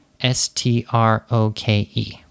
S-T-R-O-K-E